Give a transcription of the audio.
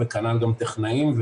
וכנ"ל גם טכנאים,